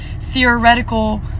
theoretical